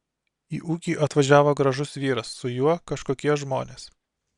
į ūkį atvažiavo gražus vyras su juo kažkokie žmonės